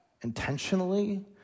intentionally